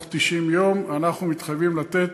היא מתחייבת לתת